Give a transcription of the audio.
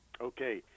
Okay